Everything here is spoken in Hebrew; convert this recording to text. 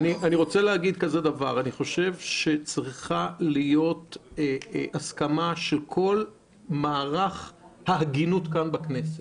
אני חושב שצריכה להיות הסכמה של כל מערך ההגינות כאן בכנסת,